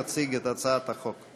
יציג את הצעת החוק,